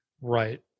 Right